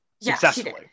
successfully